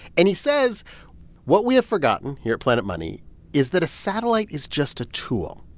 and he says what we have forgotten here at planet money is that a satellite is just a tool.